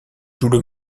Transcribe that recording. jouent